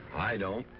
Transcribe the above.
i don't.